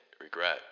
regret